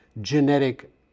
genetic